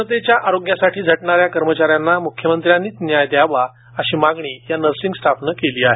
जनतेच्या आरोग्यासाठी झटणाऱ्या कर्मचाऱ्यांना म्ख्यमंत्र्यांनीच न्याय द्यावा अशी मागणी निर्सिंग स्टाफने केली आहे